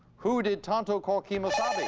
who did tonto called kemosabe?